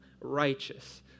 righteous